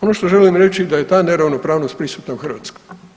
Ono što želim reći da je ta neravnopravnost prisutna u Hrvatskoj.